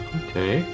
okay